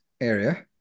area